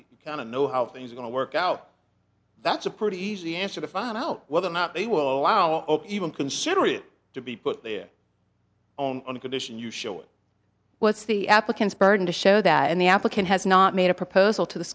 you kind of know how things are going to work out that's a pretty easy answer to find out whether or not they will allow even consider it to be put there on the condition you show it what's the applicant's burden to show that the applicant has not made a proposal to the